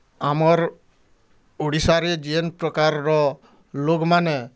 ଆମର୍ ଓଡ଼ିଶାରେ ଯେନ୍ ପ୍ରକାର୍ର ଲୋକ୍ମାନେ